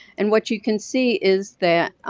and what you can see is that